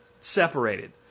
separated